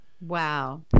Wow